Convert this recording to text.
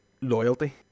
loyalty